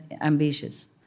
ambitious